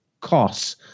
costs